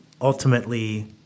ultimately